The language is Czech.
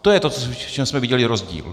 To je to, v čem jsme viděli rozdíl.